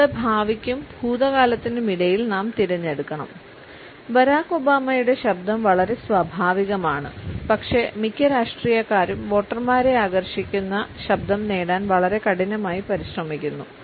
നമ്മുടെ ഭാവിക്കും ഭൂതകാലത്തിനും ഇടയിൽ നാം തിരഞ്ഞെടുക്കണം ബരാക് ഒബാമയുടെ ശബ്ദം വളരെ സ്വാഭാവികമാണ് പക്ഷേ മിക്ക രാഷ്ട്രീയക്കാരും വോട്ടർമാരെ ആകർഷിക്കുന്ന ശബ്ദം നേടാൻ വളരെ കഠിനമായി പരിശ്രമിക്കുന്നു